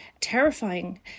terrifying